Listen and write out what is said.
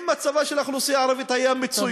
אם מצבה של האוכלוסייה הערבית היה מצוין,